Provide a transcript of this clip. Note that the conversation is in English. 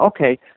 okay